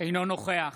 אינו נוכח